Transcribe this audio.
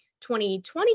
2020